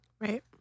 right